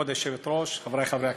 כבוד היושבת-ראש, חברי חברי הכנסת,